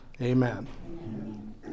amen